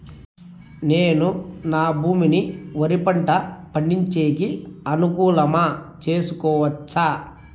నేను నా భూమిని వరి పంట పండించేకి అనుకూలమా చేసుకోవచ్చా?